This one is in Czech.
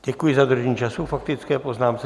Děkuji za dodržení času k faktické poznámce.